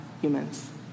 humans